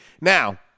now